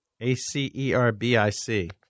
A-C-E-R-B-I-C